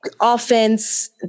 offense